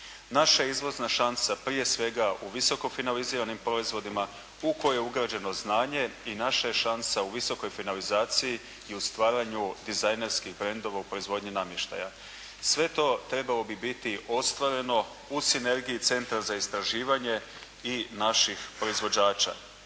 Naša je izvozna šansa, prije svega u visokofinaliziranim proizvodima u koje je ugrađeno znanje i naša je šansa u visokoj finalizaciji i u stvaranju dizajnerskih brendova u proizvodnji namještaja. Sve to trebalo bi biti ostvareno u sinergiji centra za istraživanje i naših proizvođača.